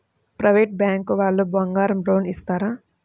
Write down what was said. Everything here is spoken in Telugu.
ప్రైవేట్ బ్యాంకు వాళ్ళు బంగారం లోన్ ఇస్తారా?